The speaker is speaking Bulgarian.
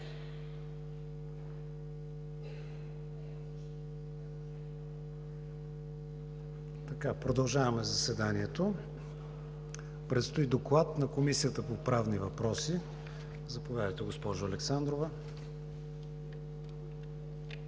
Продължаваме заседанието. Предстои Доклад на Комисията по правни въпроси. Заповядайте, госпожо Александрова.